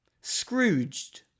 Scrooged